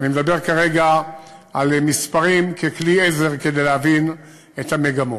אני מדבר כרגע על מספרים ככלי עזר כדי להבין את המגמות.